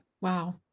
Wow